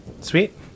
Sweet